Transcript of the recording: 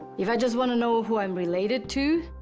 if i just want to know who i'm related to,